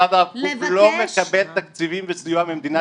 מוסד הרב קוק לא מקבל תקציבים וסיוע ממדינת ישראל.